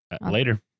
later